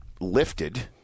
lifted—